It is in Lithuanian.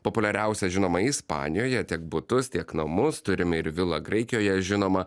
populiariausia žinoma ispanijoje tiek butus tiek namus turime ir vilą graikijoje žinoma